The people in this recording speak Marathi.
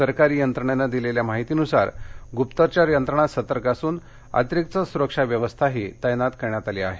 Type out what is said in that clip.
सरकारी यंत्रणेनं दिलेल्या माहितीनुसार गुप्तचर यंत्रणां सतर्क असून अतिरिक सुरक्षा व्यवस्थाही तैनात करण्यात आली आहे